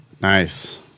Nice